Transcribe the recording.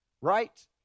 right